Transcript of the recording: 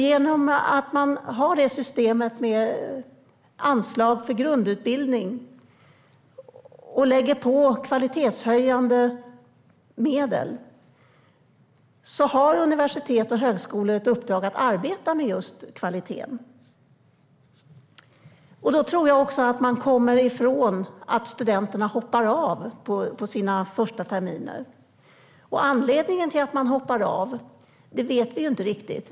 Genom att man har systemet med anslag för grundutbildning och lägger på kvalitetshöjande medel har universitet och högskolor ett uppdrag att arbeta med just kvaliteten. Då tror jag att man kommer ifrån att studenterna hoppar av under sina första terminer. Anledningen till att de hoppar av vet vi inte riktigt.